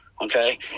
okay